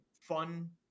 fun